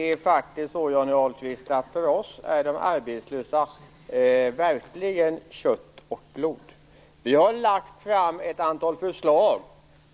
Fru talman! För oss är de arbetslösa verkligen kött och blod, Johnny Ahlqvist. Vi har lagt fram ett antal förslag